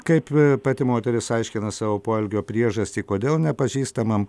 kaip pati moteris aiškina savo poelgio priežastį kodėl nepažįstamam